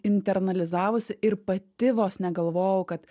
internalizavusi ir pati vos ne galvojau kad